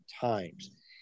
times